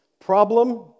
Problem